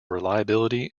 reliability